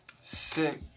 sick